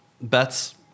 bets